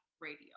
radio